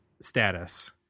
status